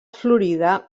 florida